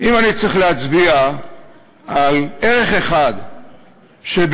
אם אני צריך להצביע על ערך אחד שבעטיו